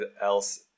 else